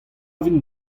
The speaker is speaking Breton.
vin